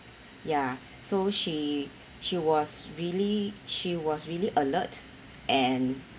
ya so she she was really she was really alert and